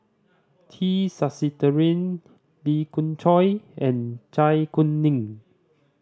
T Sasitharan Lee Khoon Choy and Zai Kuning